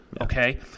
Okay